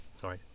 Sorry